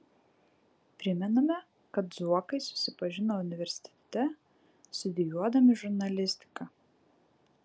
primename kad zuokai susipažino universitete studijuodami žurnalistiką